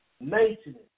maintenance